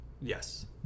Yes